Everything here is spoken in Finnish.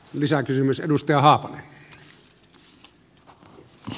lisäkysymys edusti ah esittämään suuntaan